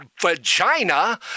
vagina